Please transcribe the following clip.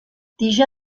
tija